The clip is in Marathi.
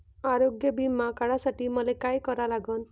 आरोग्य बिमा काढासाठी मले काय करा लागन?